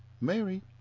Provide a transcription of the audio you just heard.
Mary